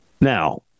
Now